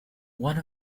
one